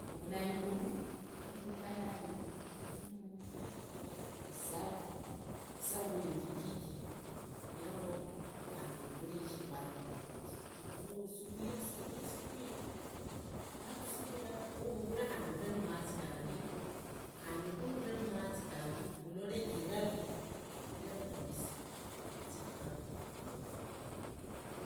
Uvugula inguvu urekhulukalai, uremuu isa isavuni indititi ya omo khandi uvugure yashibande khandi usuguye usaguye usuguye wakhusuguya, uvuguree khandi uvee mumazi gandi, khandi uvugule uremumazi gandi ulole iravii, iravii kabisa bauzie khuraa khumagoye.